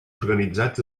organitzats